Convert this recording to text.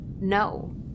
No